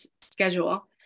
schedule